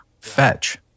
Fetch